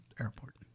airport